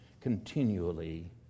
continually